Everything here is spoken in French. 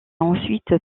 ensuite